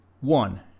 One